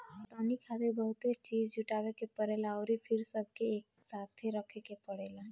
पटवनी खातिर बहुते चीज़ जुटावे के परेला अउर फिर सबके एकसाथे रखे के पड़ेला